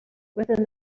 within